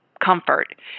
comfort